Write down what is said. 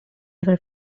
were